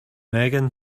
megan